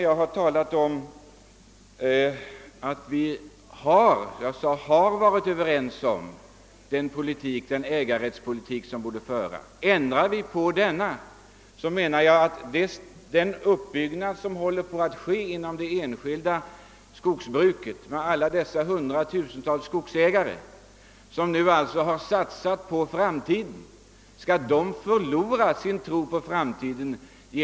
Jag sade tidigare att vi väl var Överens om den äganderättspolitik som borde föras. Ändrar vi på denna, förlorar alla hundratusentals skogsägare, som har satsat på framtiden, sin tro på framtiden.